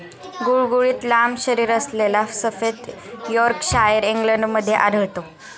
गुळगुळीत लांब शरीरअसलेला सफेद यॉर्कशायर इंग्लंडमध्ये आढळतो